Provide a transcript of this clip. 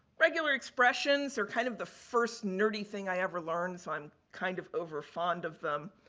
regular expressions are kind of the first nerdy thing i ever learned. so, i'm kind of over fond of them.